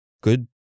Good